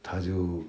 他就